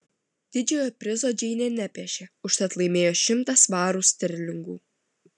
didžiojo prizo džeinė nepešė užtat laimėjo šimtą svarų sterlingų